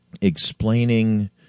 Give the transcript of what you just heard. explaining